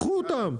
קחו אותם,